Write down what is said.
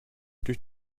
durch